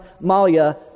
Malia